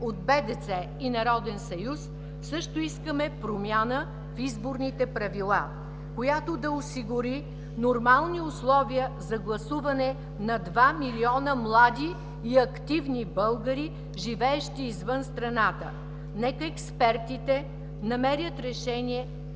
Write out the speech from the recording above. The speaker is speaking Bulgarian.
от БДЦ и Народен съюз също искаме промяна на изборните правила, която да осигури нормални условия за гласуване на 2 милиона млади и активни българи, живеещи извън страната. Нека експертите да намерят решение